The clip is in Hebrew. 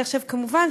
כמובן,